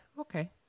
Okay